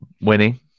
winning